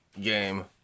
game